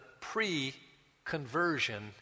pre-conversion